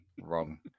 wrong